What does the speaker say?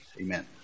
Amen